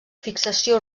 fixació